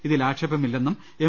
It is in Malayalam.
ഇതിൽ ആക്ഷേപ മില്ലെന്നും എം